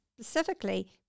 specifically